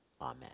Amen